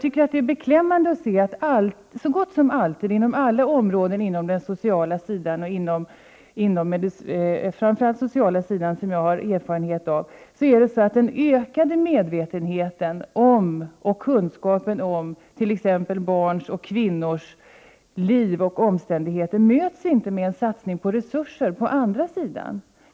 Det är beklämmande att man så gott som aldrig inom alla delar av det sociala området, som jag har erfarenhet av, möter den ökande medvetenheten och kunskapen om t.ex. barns och kvinnors liv och omständigheter med en satsning på resurser på andra områden.